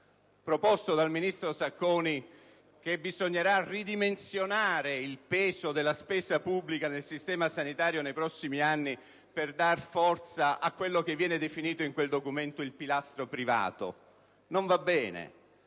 proposto dal ministro Sacconi volta a ridimensionare il peso della spesa pubblica del sistema sanitario nei prossimi anni per dare forza a quello che viene definito in quel documento il pilastro privato. Non va bene,